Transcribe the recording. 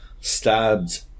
stabbed